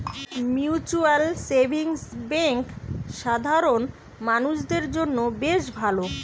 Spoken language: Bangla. মিউচুয়াল সেভিংস বেঙ্ক সাধারণ মানুষদের জন্য বেশ ভালো